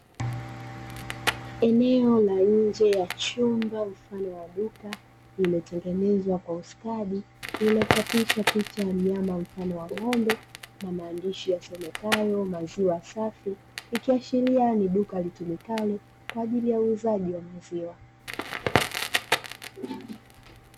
Eneo la nje ya chumba mfano wa duka limetengenezwa kwa ustadi, limechapishwa picha ya mnyama mfano wa ng'ombe na maandishi yasomekayo "maziwa safi" ikiashiria ni duka litumikalo kwa ajili ya uuzaji wa maziwa.